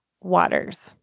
waters